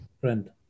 friend